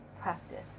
practice